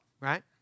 right